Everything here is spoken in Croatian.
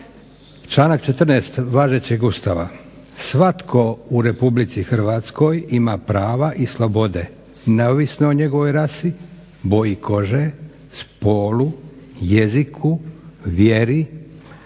članak 14. važećeg Ustava: "Svatko u RH ima prava i slobode neovisno o njegovoj rasi, boji kože, spolu, jeziku, vjeri,